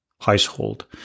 household